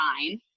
nine